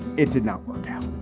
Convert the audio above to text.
it did not work out.